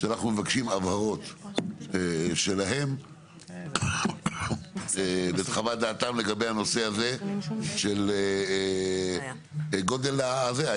שאנחנו מבקשים הבהרות שלהם ואת חוות דעתם לגבי הנושא הזה של גודל הזה.